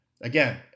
Again